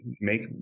make